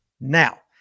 Now